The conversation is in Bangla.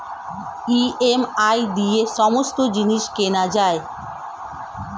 ই.এম.আই দিয়ে সমস্ত জিনিস কেনা যায়